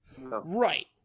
right